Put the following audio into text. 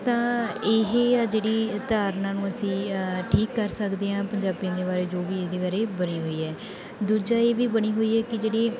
ਤਾਂ ਇਹ ਆ ਜਿਹੜੀ ਧਾਰਨਾ ਨੂੰ ਅਸੀਂ ਅ ਠੀਕ ਕਰ ਸਕਦੇ ਹਾਂ ਪੰਜਾਬੀਆਂ ਦੇ ਬਾਰੇ ਜੋ ਵੀ ਇਹਦੇ ਬਾਰੇ ਬਣੀ ਹੋਈ ਹੈ ਦੂਜਾ ਇਹ ਵੀ ਬਣੀ ਹੋਈ ਹੈ ਕਿ ਜਿਹੜੇ